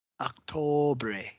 October